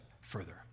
further